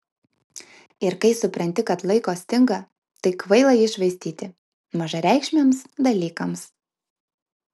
ir kai supranti kad laiko stinga tai kvaila jį švaistyti mažareikšmiams dalykams